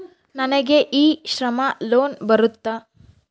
ನನಗೆ e Shram loan ಬರುತ್ತಾ?